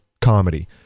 comedy